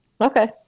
Okay